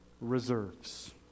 reserves